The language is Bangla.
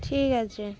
ঠিক আছে